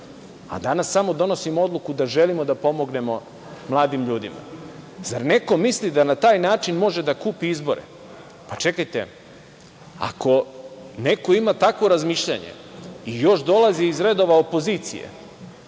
Danas samo donosimo odluku da želimo da pomognemo mladim ljudima. Zar neko misli da na taj način može da kupi izbore? Čekajte, ako neko ima takvo razmišljanje i još dolazi iz redova opozicije